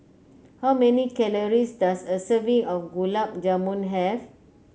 how many calories does a serving of Gulab Jamun have